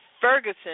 Ferguson